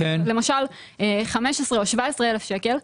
למשל 15,000 או 17,000 שקלים,